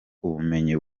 ubumenyi